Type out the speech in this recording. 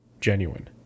genuine